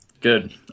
Good